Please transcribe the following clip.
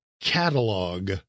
catalog